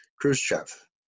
Khrushchev